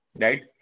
right